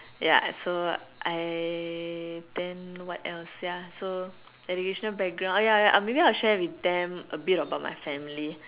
ya so I tend what else ya so educational background ah ya ya I maybe I'll share with them a bit on my family